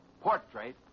Portrait